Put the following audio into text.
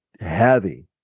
heavy